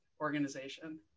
organization